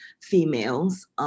females